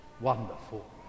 wonderful